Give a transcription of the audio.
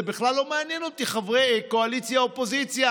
בכלל לא מעניין אותי קואליציה אופוזיציה,